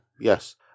Yes